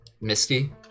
Misty